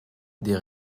des